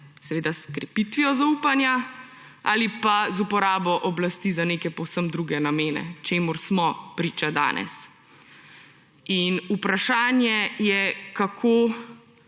seveda s krepitvijo zaupanja; ali pa z uporabo oblasti za neke povsem druge namene, čemur smo priča danes. In vprašanje je, kako